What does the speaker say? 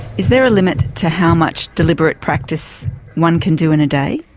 is there a limit to how much deliberate practice one can do in a day?